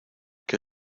que